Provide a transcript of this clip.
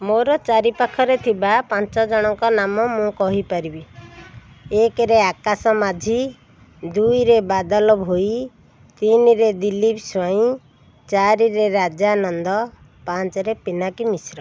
ମୋର ଚାରି ପାଖରେ ଥିବା ପାଞ୍ଚ ଜଣଙ୍କ ନାମ ମୁଁ କହିପାରିବି ଏକରେ ଆକାଶ ମାଝୀ ଦୁଇରେ ବାଦଲ ଭୋଇ ତିନିରେ ଦିଲିପ ସ୍ୱାଇଁ ଚାରିରେ ରାଜା ନନ୍ଦ ପାଞ୍ଚରେ ପିନାକୀ ମିଶ୍ର